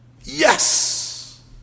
Yes